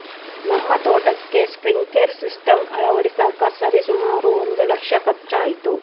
ನಮ್ಮ ತೋಟಕ್ಕೆ sprinkler system ಅಳವಡಿಸಕ ಸರಿಸುಮಾರು ಒಂದು ಲಕ್ಷ ಖರ್ಚಾಯಿತು